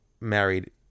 married